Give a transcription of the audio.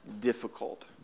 difficult